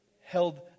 held